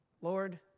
Lord